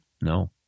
No